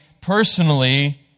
personally